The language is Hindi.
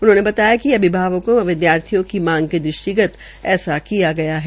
उन्होंने बताया कि अभिभावकों व विद्यार्थियों की मांग के दृष्टिगत ऐसा किया गया है